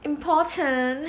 important